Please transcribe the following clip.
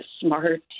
smart